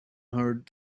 heard